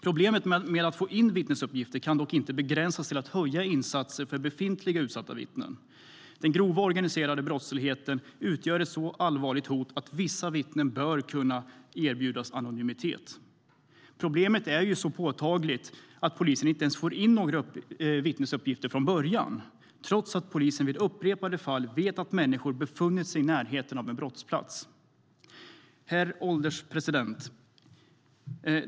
Problemet med att få in vittnesuppgifter kan dock inte begränsas till att utöka insatserna för befintliga utsatta vittnen. Den grova organiserade brottsligheten utgör ett så allvarligt hot att vissa vittnen bör kunna erbjudas anonymitet. Problemet är ju så påtagligt att polisen inte ens får in några vittnesuppgifter från början, trots att polisen i upprepade fall vet att människor befunnit sig i närheten av en brottsplats. Herr ålderspresident!